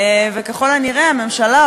המשפטי